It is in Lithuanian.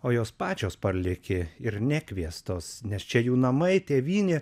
o jos pačios parlėkė ir nekviestos nes čia jų namai tėvynė